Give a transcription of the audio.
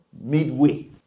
midway